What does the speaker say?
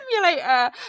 simulator